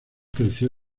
creció